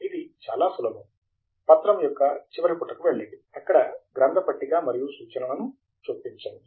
ఇది చాలా సులభం పత్రం యొక్క చివరి పుట కి వెళ్ళండి అక్కడ గ్రంథ పట్టిక మరియు సూచనలను చొప్పించండి